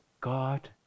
God